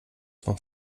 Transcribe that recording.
vom